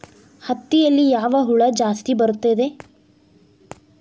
ಹತ್ತಿಯಲ್ಲಿ ಯಾವ ಹುಳ ಜಾಸ್ತಿ ಬರುತ್ತದೆ?